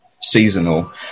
seasonal